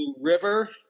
river